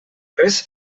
res